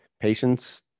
patients